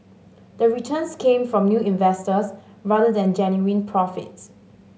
the returns came from new investors rather than genuine profits